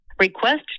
Request